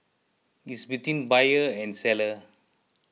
is between buyer and seller